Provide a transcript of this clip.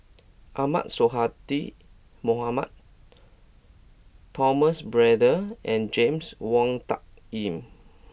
Ahmad Sonhadji Mohamad Thomas Braddell and James Wong Tuck Yim